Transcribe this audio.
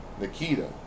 Nikita